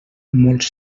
molts